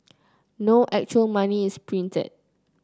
no actual money is printed